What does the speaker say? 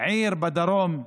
עיר בדרום,